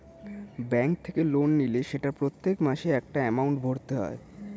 bank থেকে loan নিলে সেটা প্রত্যেক মাসে একটা এমাউন্ট ভরতে হয়